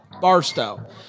Barstow